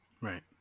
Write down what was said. Right